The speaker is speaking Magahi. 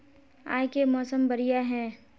आय के मौसम बढ़िया है?